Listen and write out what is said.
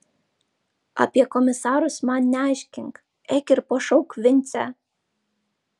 apie komisarus man neaiškink eik ir pašauk vincę